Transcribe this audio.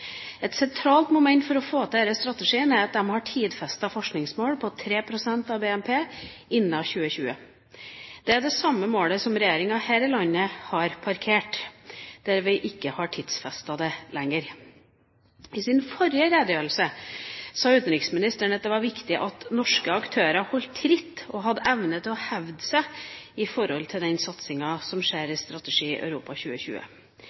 moment for å få til denne strategien er at de har et tidfestet forskningsmål på 3 pst. av BNP innen 2020. Det er det samme målet som regjeringa her i landet har parkert, da vi ikke har tidfestet det lenger. I sin forrige redegjørelse sa utenriksministeren at det var viktig at «norske aktører holder tritt og har evne til å hevde seg» i forhold til den satsingen som skjer i strategien Europa 2020.